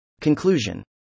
Conclusion